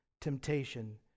temptation